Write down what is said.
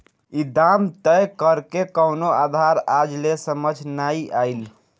ई दाम तय करेके कवनो आधार आज ले समझ नाइ आइल